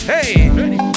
Hey